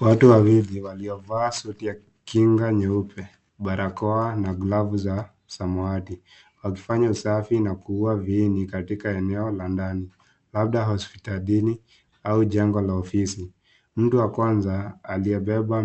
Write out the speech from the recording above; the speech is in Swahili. Watu wawili waliovaa sutinya kinga nyeupe , barakoa na glavu za samawati wakifanya usafi na kuua viini katika eneo la ndani, labda hospitalini au jengo la ofisi . Mtu wa kwanza aliyebeba